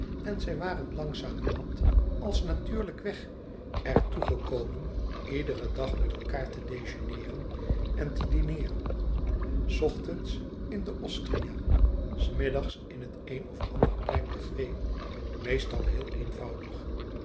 en zij waren langzamerhand als natuurlijkweg er toe gekomen iederen dag met elkaâr te dejeuneeren en te dineeren s ochtends in de osteria s middags in het een of ander kleine café meestal heel eenvoudig